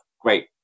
great